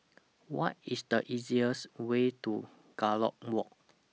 What IS The easiest Way to Gallop Walk